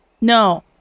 No